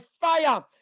fire